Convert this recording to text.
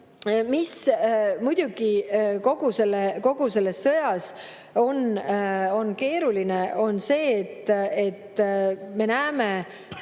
Muidugi kogu selles sõjas on keeruline see, et me näeme